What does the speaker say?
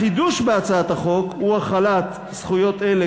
החידוש בהצעת החוק הוא החלת הזכויות האלה